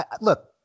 Look